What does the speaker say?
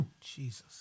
Jesus